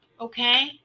Okay